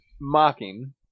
mocking